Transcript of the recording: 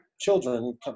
children